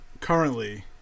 currently